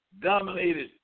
dominated